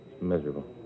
Miserable